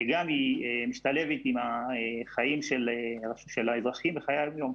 וגם היא משתלבת עם החיים של האזרחים בחיי היומיום.